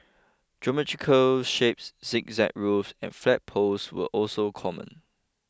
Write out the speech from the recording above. geometric shapes zigzag roofs and flagpoles were also common